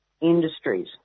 industries